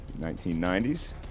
1990s